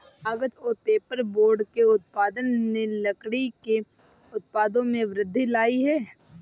कागज़ और पेपरबोर्ड के उत्पादन ने लकड़ी के उत्पादों में वृद्धि लायी है